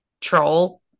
troll